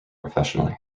professionally